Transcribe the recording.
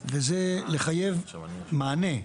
והיא לחייב מענה,